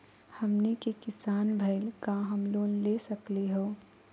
हमनी के किसान भईल, का हम लोन ले सकली हो?